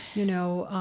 you know,